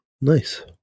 Nice